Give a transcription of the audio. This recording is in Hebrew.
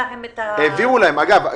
אגב,